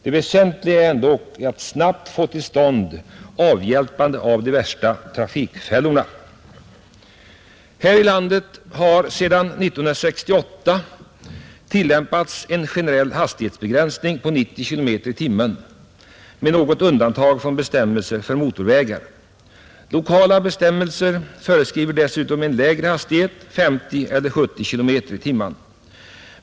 Det väsentliga är ändock att avhjälpa de värsta trafikfällorna. Här i landet har sedan 1968 tillämpats en generell hastighetsbegränsning på 90 km i timmen med något undantag, bl.a. för motorvägar. Lokala bestämmelser föreskriver dessutom en lägre hastighet, 50 eller 70 km i timmen.